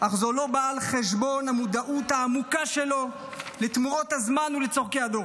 אך זו לא באה על חשבון המודעות העמוקה שלו לתמורות הזמן ולצורכי הדור.